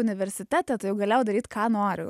universitete tai jau galėjau daryt ką noriu